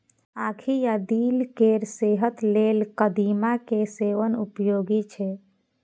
आंखि आ दिल केर सेहत लेल कदीमा के सेवन उपयोगी छै